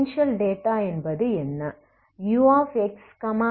initial data என்பது என்ன